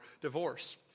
divorce